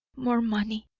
more money,